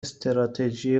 استراتژی